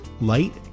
Light